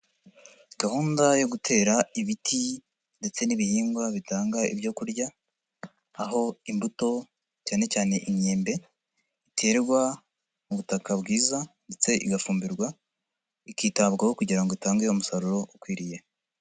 Gahunda yo gutera ibiti ndetse n'ibihingwa bitanga ibyo kurya aho imbuto cyane cyane imyembe iterwa mu butaka bwiza ndetse igafumbirwa ikitabwaho kugira ngo itange umusaruro ukwiriye.